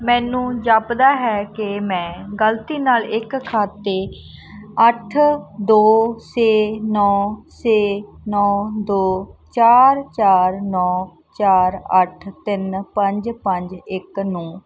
ਮੈਨੂੰ ਜਾਪਦਾ ਹੈ ਕਿ ਮੈਂ ਗਲਤੀ ਨਾਲ ਇੱਕ ਖਾਤੇ ਅੱਠ ਦੋ ਛੇ ਨੌਂ ਛੇ ਨੌਂ ਦੋ ਚਾਰ ਚਾਰ ਨੌਂ ਚਾਰ ਅੱਠ ਤਿੰਨ ਪੰਜ ਪੰਜ ਇੱਕ ਨੌਂ